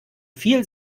viel